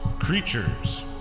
creatures